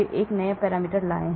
वे एक नए पैरामीटर लाए